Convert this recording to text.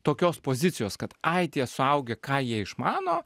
tokios pozicijos kad ai tie suaugę ką jie išmano